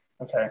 Okay